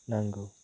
नांगौ